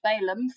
Balaam